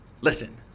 Listen